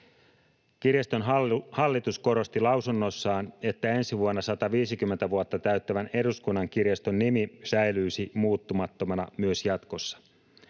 Kirjaston hallitus korosti lausunnossaan, että ensi vuonna 150 vuotta täyttävän Eduskunnan kirjaston nimi säilyisi muuttumattomana myös jatkossa.